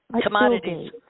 Commodities